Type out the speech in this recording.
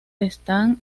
están